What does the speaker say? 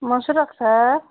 म सुरक्षा